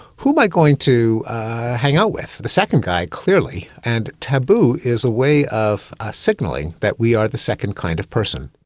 who am i going to hang out with? the second guy clearly, and taboo is a way of signalling that we are the second kind of person.